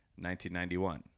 1991